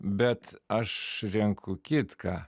bet aš renku kitką